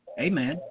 Amen